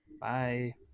Bye